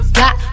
got